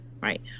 right